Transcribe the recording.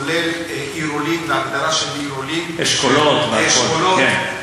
כולל, והגדרה של, אשכולות והכול, כן.